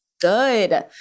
Good